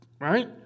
Right